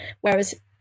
whereas